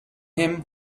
him